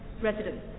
residents